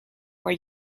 more